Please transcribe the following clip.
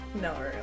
No